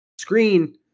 Screen